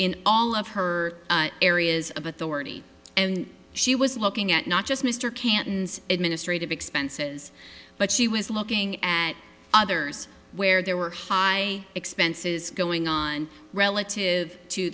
in all of her areas of authority and she was looking at not just mr cantons administrative expenses but she was looking at others where there were high expenses going on relative to